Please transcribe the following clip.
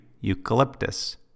eucalyptus